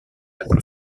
altro